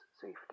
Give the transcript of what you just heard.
safety